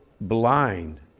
blind